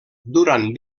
durant